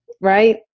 right